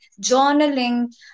journaling